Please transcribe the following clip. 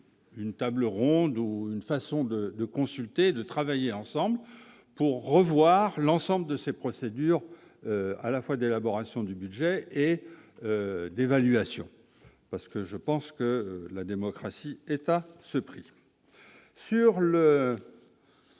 table ronde ou une façon de de consulter, de travailler ensemble pour revoir l'ensemble de ces procédures, à la fois d'élaboration du budget et d'évaluation, parce que je pense que la démocratie est à ce prix. Sur le,